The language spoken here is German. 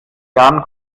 jahren